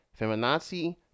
feminazi